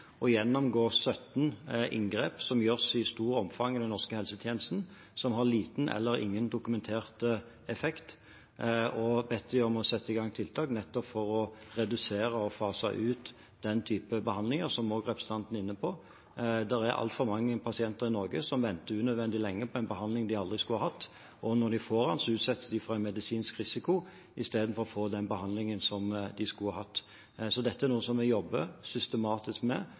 å gjennomgå 17 inngrep som gjøres i stort omfang i den norske helsetjenesten, men som har liten eller ingen dokumentert effekt. Vi setter i gang tiltak nettopp for å redusere og fase ut den typen behandlinger, som også representanten er inne på. Det er altfor mange pasienter i Norge som venter unødvendig lenge på en behandling de aldri skulle hatt, og når de får den, utsettes de for en medisinsk risiko istedenfor å få den behandlingen de skulle hatt. Så dette er noe som vi jobber systematisk med